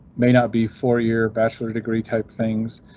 may not be four year bachelor degree type things